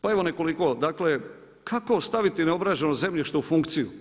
Pa evo nekoliko dakle, kako ostaviti neobrađeno zemljište u funkciju?